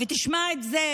תשמע את זה,